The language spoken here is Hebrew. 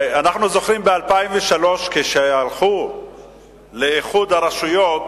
אנחנו זוכרים ב-2003, כשהלכו לאיחוד הרשויות